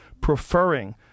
preferring